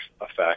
effect